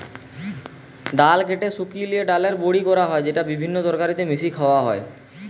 ডাল বেটে শুকি লিয়ে তৈরি কোরা হয় ডালের বড়ি যেটা বিভিন্ন তরকারিতে মিশিয়ে খায়া হয়